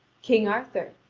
king arthur,